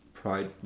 pride